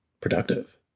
productive